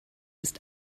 ist